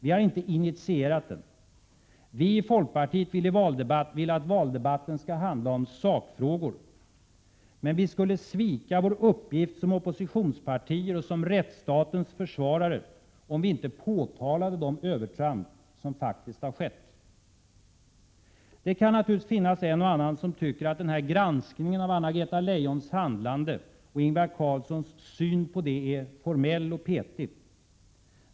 Vi har inte initierat den. Vi i folkpartiet vill att valdebatten skall handla om sakfrågor. Men vi skulle svika vår uppgift som oppositionspartier och som rättsstatens försvarare om vi inte påtalade de övertramp som faktiskt har skett. Det kan naturligtvis finnas en och annan som tycker att den här granskningen av Anna-Greta Leijons handlande och Ingvar Carlssons syn på det är formell och petig.